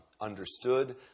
understood